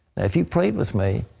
if you prayed with me,